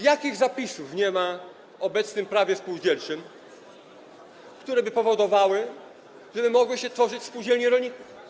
Jakich zapisów nie ma w obecnym Prawie spółdzielczym, które by powodowały, żeby mogły się tworzyć spółdzielnie rolników?